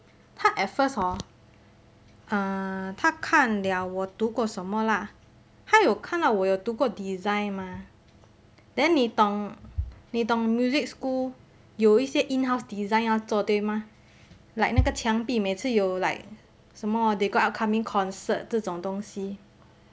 她 at first hor err 她看了我读过什么啦她有看到我有读过 design 嘛 then 你懂你懂 music school 有一些 house design 要做对吗 like 那个墙壁每次有 like 什么 they got upcoming concert 这种东西